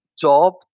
job